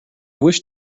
wish